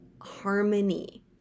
harmony